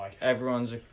everyone's